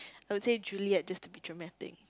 I'll say Juliet just to be dramatic